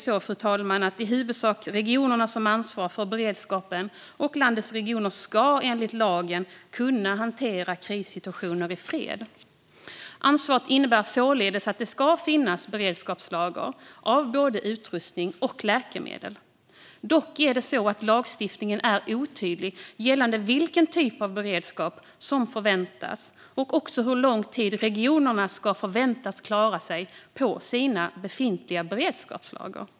I dag är det i huvudsak regionerna som ansvarar för beredskapen, och landets regioner ska enligt lagen kunna hantera krissituationer i fred. Ansvaret innebär således att det ska finnas beredskapslager av både utrustning och läkemedel. Dock är lagstiftningen otydlig gällande vilken typ av beredskap som förväntas och hur lång tid regionerna förväntas klara sig på sina befintliga beredskapslager.